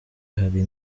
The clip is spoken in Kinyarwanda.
hari